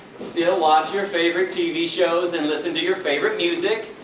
still watch your favorite tv shows and listen to your favorite music,